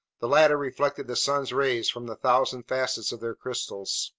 the latter reflected the sun's rays from the thousand facets of their crystals.